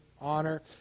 honor